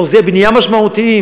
אחוזי בנייה משמעותיים,